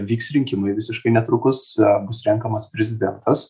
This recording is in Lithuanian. vyks rinkimai visiškai netrukus bus renkamas prezidentas